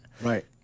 Right